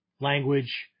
Language